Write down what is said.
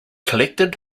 collected